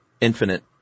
infinite